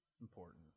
important